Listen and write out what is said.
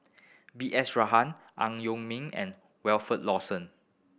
B S Rajhan Ang Yong Ming and Wilfed Lawson